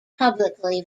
publicly